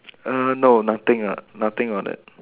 err no nothing uh nothing on it